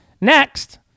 Next